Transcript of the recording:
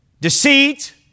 deceit